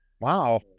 Wow